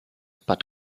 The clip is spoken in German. bad